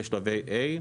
ושלבי A,